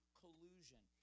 collusion